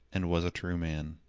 and was a true man.